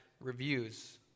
reviews